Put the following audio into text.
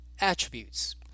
attributes